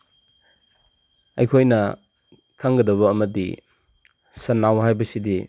ꯑꯩꯈꯣꯏꯅ ꯈꯪꯒꯗꯕ ꯑꯃꯗꯤ ꯁꯅꯥꯎ ꯍꯥꯏꯕꯁꯤꯗꯤ